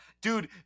dude